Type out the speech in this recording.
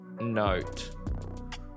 note